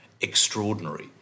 extraordinary